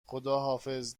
خداحافظ